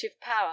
power